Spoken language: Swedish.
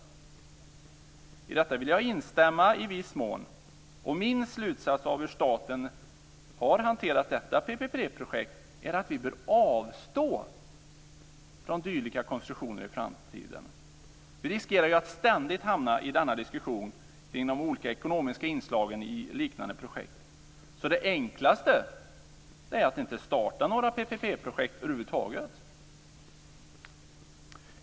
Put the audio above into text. Jag vill i viss mån instämma i denna kritik. Min slutsats av hur staten har hanterat detta PPP-projekt är att vi bör avstå från dylika konstruktioner i framtiden. Vi riskerar att ständigt hamna i denna diskussion kring de olika ekonomiska inslagen i liknande projekt. Det enklaste är att inte starta några PPP-projekt över huvud taget.